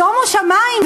שומו שמים,